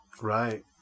Right